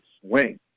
swing